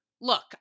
look